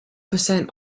percent